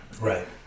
right